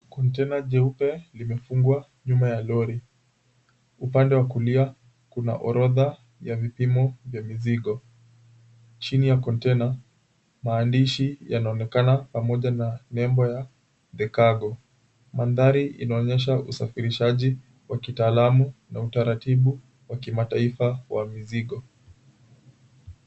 Kontena jeupe limefungwa nyuma ya lori. Upande wa kulia, kuna orodha ya vipimo vya mizigo. Chini ya kontena maandishi yanaonekana pamoja na nembo ya, The Cargo. Mandhari inaonyesha usafirishaji wa kitaalamu, na utaratibu wa kimataifa wa mizigo.